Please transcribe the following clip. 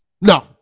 No